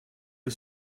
you